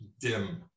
dim